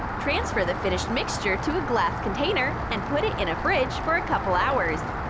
transfer the finished mixture to a glass container. and put it in a fridge for a couple hours.